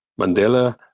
Mandela